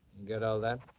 get all that?